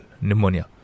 pneumonia